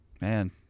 man